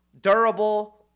durable